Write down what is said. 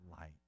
light